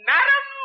Madam